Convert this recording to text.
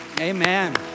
amen